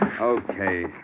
Okay